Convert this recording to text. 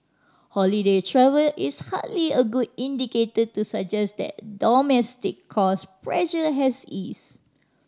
holiday travel is hardly a good indicator to suggest that domestic cost pressure has eased